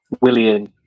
William